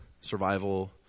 survival